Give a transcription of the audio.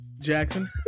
Jackson